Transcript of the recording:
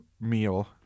meal